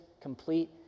complete